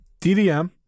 DDM